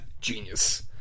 Genius